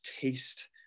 taste